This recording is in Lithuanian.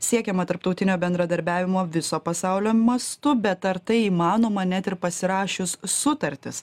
siekiama tarptautinio bendradarbiavimo viso pasaulio mastu bet ar tai įmanoma net ir pasirašius sutartis